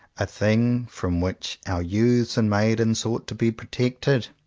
a thing from which our youths and maidens ought to be protected.